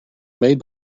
made